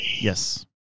Yes